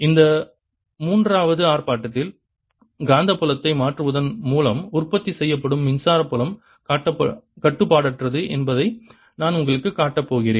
இந்த மூன்றாவது ஆர்ப்பாட்டத்தில் காந்தப்புலத்தை மாற்றுவதன் மூலம் உற்பத்தி செய்யப்படும் மின்சார புலம் கட்டுப்பாடற்றது என்பதை நான் உங்களுக்குக் காட்டப் போகிறேன்